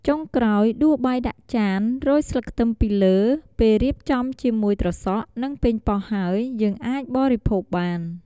ចុងក្រោយដួសបាយដាក់ចាន រោយស្លឹកខ្ទឹមពីលើ ពេលរៀបចំជាមួយត្រសក់ និង ប៉េងប៉ោះហើយ យើងអាចបរិភោគបាន។